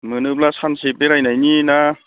मोनोब्ला सानसे बेरायनायनि ना